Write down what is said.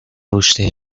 رشدی